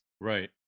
right